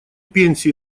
пенсии